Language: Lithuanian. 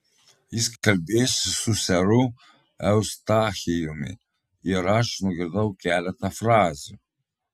jis kalbėjosi su seru eustachijumi ir aš nugirdau keletą frazių